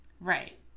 Right